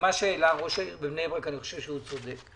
מה שהעלה ראש העיר, אני חושב שהוא צודק.